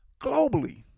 Globally